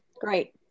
Great